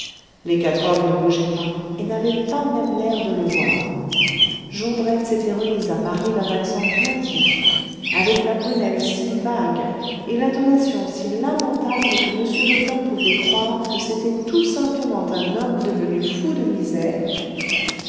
les quatre hommes ne bougeaient pas et n'avaient pas même l'air de le voir jondrette s'était remis à parler d'un accent plaintif avec la prunelle si vague et l'intonation si lamentable que m leblanc pouvait croire que c'était tout simplement un homme devenu fou de misère